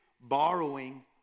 borrowing